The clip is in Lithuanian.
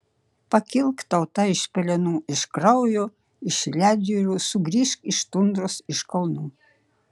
pakilk tauta iš pelenų iš kraujo iš ledjūrių sugrįžk iš tundros iš kalnų